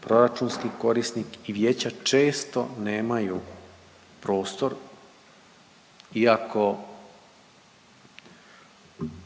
proračunski korisnik i Vijeća često nemaju prostor iako